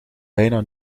bijna